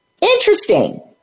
interesting